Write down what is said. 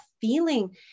feeling